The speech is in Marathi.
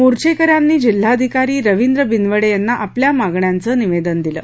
मोर्चेकऱ्यांनी जिल्हाधिकारी रवींद्र बिनवडे यांना आपल्या मागण्यांच निवेदन दिलं